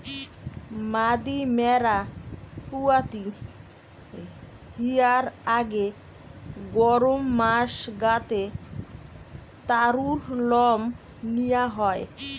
মাদি ম্যাড়া পুয়াতি হিয়ার আগে গরম মাস গা তে তারুর লম নিয়া হয়